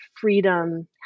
freedom